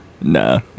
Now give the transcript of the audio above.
Nah